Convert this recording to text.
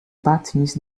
patins